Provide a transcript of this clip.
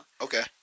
Okay